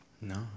no